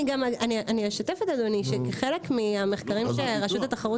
אשתף את אדוני שככל מהמחקרים שרשות התחרות